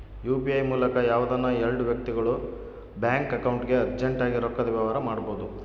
UPI ಮೂಲಕ ಯಾವ್ದನ ಎಲ್ಡು ವ್ಯಕ್ತಿಗುಳು ಬ್ಯಾಂಕ್ ಅಕೌಂಟ್ಗೆ ಅರ್ಜೆಂಟ್ ಆಗಿ ರೊಕ್ಕದ ವ್ಯವಹಾರ ಮಾಡ್ಬೋದು